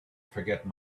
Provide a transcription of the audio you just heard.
forget